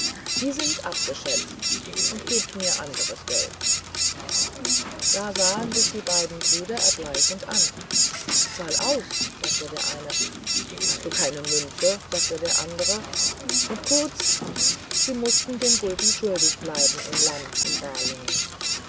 die sind abgeschätzt und gebt mir nur anderes geld da sahen sich die beiden brüder erbleichend an zahl aus sagte der eine hast du keine münze sagte der andere und kurz sie mußten den gulden schuldig bleiben im lamm in balingen